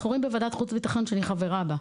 אנחנו רואים בוועדת חוץ וביטחון שאני חברה בה,